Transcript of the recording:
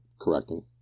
correcting